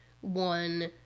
one